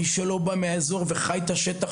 מי שלא בא מהאזור ולא חי את השטח,